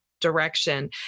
direction